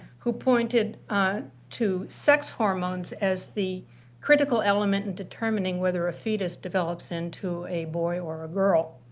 who pointed to sex hormones as the critical element in determining whether a fetus develops into a boy or a girl.